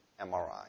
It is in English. MRI